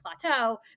plateau